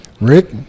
Rick